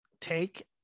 take